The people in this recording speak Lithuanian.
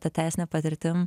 ta teisine patirtim